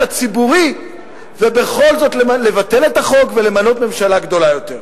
הציבורי ובכל זאת לבטל את החוק ולמנות ממשלה גדולה יותר.